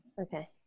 Okay